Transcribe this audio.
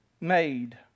made